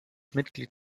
mitglied